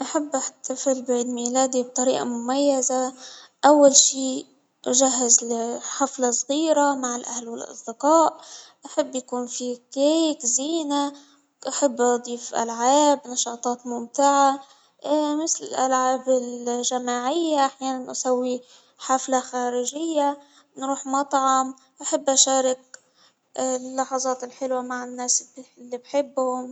بحب أحتفل بعيد ميلادي بطريقة مميزة، أول شي أجهز حفلة صغيرة مع الأهل والأصدقاء، نحب يكون في كيك زينة، بحب أضيف العاب نشاطات ممتعة مثل الالعاب الجماعية أحيانا أسوي حفلة خارجية، نروح مطعم أحب أشارك اللحظات الحلوة مع الناس بس اللي بحبهم.